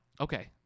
Okay